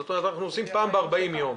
זאת אומרת, אנחנו עושים פעם ב-40 יום.